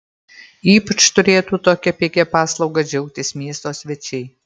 ypač turėtų tokia pigia paslauga džiaugtis miesto svečiai